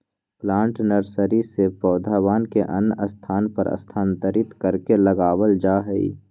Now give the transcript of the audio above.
plant nursery से पौधवन के अन्य स्थान पर स्थानांतरित करके लगावल जाहई